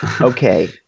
okay